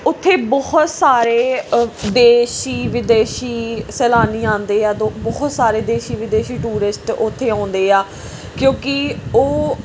ਉੱਥੇ ਬਹੁਤ ਸਾਰੇ ਦੇਸ਼ੀ ਵਿਦੇਸ਼ੀ ਸੈਲਾਨੀ ਆਉਂਦੇ ਆ ਦੋ ਬਹੁਤ ਸਾਰੇ ਦੇਸ਼ੀ ਵਿਦੇਸ਼ੀ ਟੂਰਿਸਟ ਉੱਥੇ ਆਉਂਦੇ ਆ ਕਿਉਂਕਿ ਉਹ